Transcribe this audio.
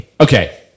Okay